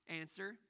Answer